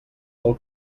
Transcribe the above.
del